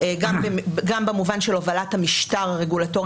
גם במובן של הובלת המשטר הרגולטורי